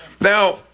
Now